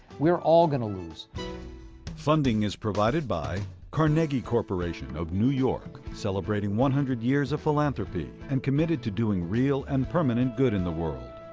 we're all going to lose. announcer funding is provided by carnegie corporation of new york, celebrating one hundred years of philanthropy, and committed to doing real and permanent good in the world.